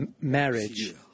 marriage